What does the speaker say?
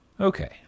Okay